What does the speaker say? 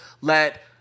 let